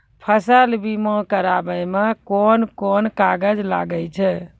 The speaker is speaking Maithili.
फसल बीमा कराबै मे कौन कोन कागज लागै छै?